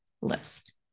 list